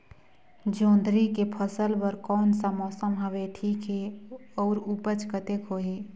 जोंदरी के फसल बर कोन सा मौसम हवे ठीक हे अउर ऊपज कतेक होही?